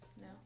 No